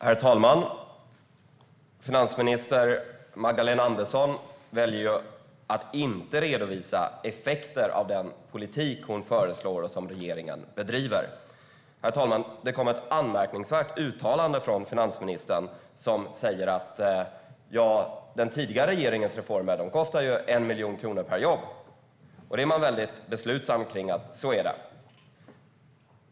Herr talman! Finansminister Magdalena Andersson väljer att inte redovisa effekter av den politik hon föreslår och som regeringen bedriver. Det kom ett anmärkningsvärt uttalande från finansministern. Hon säger att den tidigare regeringens reformer kostade 1 miljon kronor per jobb. Det vet hon bestämt.